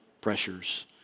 pressures